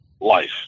life